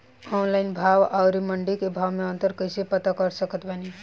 Online भाव आउर मंडी के भाव मे अंतर कैसे पता कर सकत बानी?